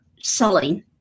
selling